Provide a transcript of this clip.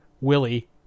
Willie